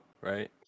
right